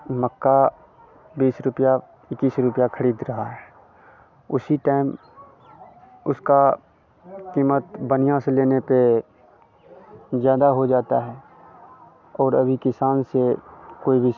मक्का बीस रुपया इक्कीस रुपया खरीद रहा है उसी टाइम उसका कीमत बनिया से लेने पर ज़्यादा हो जाता है और अभी किसान से कोई भी